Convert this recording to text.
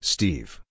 Steve